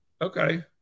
okay